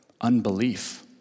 Unbelief